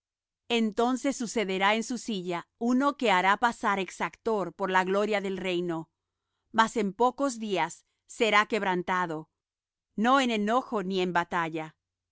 entonces sucederá en su silla uno que hará pasar exactor por la gloria del reino mas en pocos días será quebrantado no en enojo ni en batalla